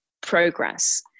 progress